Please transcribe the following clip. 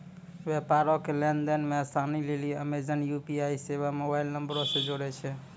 व्यापारो के लेन देन मे असानी लेली अमेजन यू.पी.आई सेबा मोबाइल नंबरो से जोड़ै छै